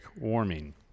Warming